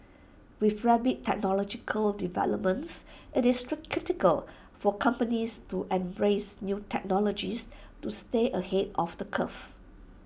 with rapid technological developments IT is critical for companies to embrace new technologies to stay ahead of the curve